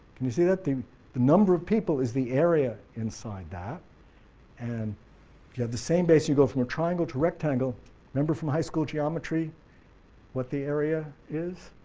can you see that? the the number of people is the area inside that and you have the same base, you go from a triangle to rectangle remember from high school geometry what the area is?